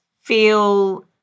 feel